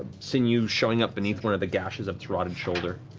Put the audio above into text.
sinew showing up beneath one of the gashes of its rotted shoulder.